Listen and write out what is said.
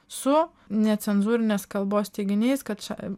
su necenzūrinės kalbos teiginiais kad čia im